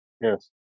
Yes